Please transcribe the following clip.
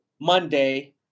Monday